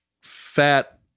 fat